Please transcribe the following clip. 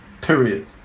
period